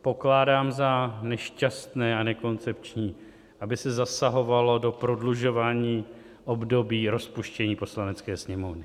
Pokládám za nešťastné a nekoncepční, aby se zasahovalo do prodlužování období rozpuštění Poslanecké sněmovny.